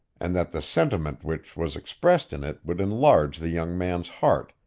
and that the sentiment which was expressed in it would enlarge the young man's heart,